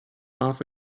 off